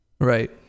right